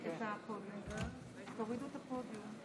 למלא באמונה את תפקידי כחברת הממשלה ולקיים את החלטות הכנסת.